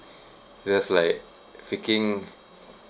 just like faking